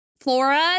Flora